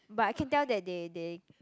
but I can tell that they they